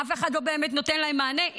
אף אחד לא באמת נותן להם מענה.